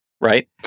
right